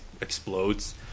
explodes